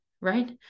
right